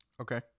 Okay